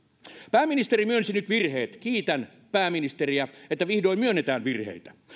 pääministeri myönsi nyt virheet ja kiitän pääministeriä että vihdoin myönnetään virheitä